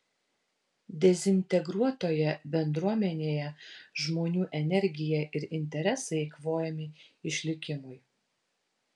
dezintegruotoje bendruomenėje žmonių energija ir interesai eikvojami išlikimui